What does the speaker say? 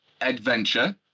adventure